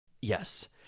Yes